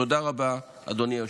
תודה רבה, אדוני היושב-ראש.